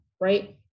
right